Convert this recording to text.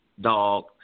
dog